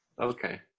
Okay